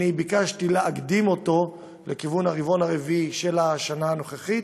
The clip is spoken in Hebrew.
ואני ביקשתי להקדים אותו לכיוון הרבעון הרביעי של השנה הנוכחית,